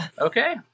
okay